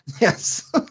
Yes